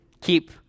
Keep